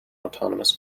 autonomous